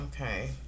okay